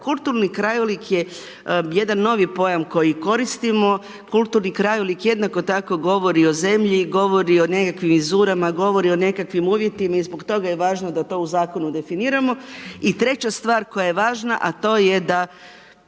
Kulturni krajolik je jedan novi pojam koji koristimo. Kulturni krajolik jednako tako govori o zemlji, govori o nekakvim vizurama, govori o nekakvim uvjetima i zbog toga je važno da to u Zakonu definiramo. I treća stvar koja je važna, a to je da